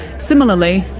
similarly,